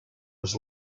was